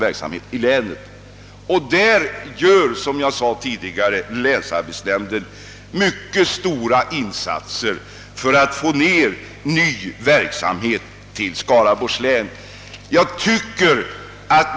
Länsarbetsnämnden lägger, som jag sade tidigare, ned mycket stort arbete på att få fram en industriell verksamhet till Skaraborgs län.